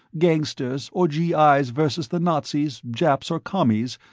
gangsters, or g i s versus the nazis, japs or commies,